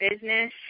business